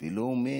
ולא אומר: